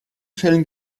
fällen